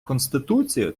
конституцією